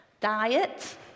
Diet